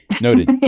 Noted